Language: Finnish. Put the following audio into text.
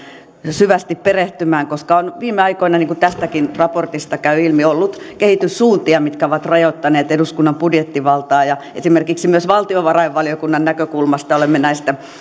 syvästi perehtymään koska on viime aikoina niin kuin tästäkin raportista käy ilmi ollut kehityssuuntia mitkä ovat rajoittaneet eduskunnan budjettivaltaa esimerkiksi myös valtiovarainvaliokunnan näkökulmasta olemme näistä